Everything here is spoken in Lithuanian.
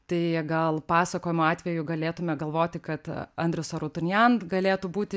tai gal pasakojimo atveju galėtume galvoti kad andrius arutunjan galėtų būti